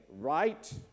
right